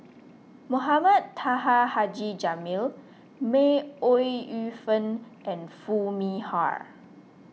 Mohamed Taha Haji Jamil May Ooi Yu Fen and Foo Mee Har